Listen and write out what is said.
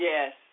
Yes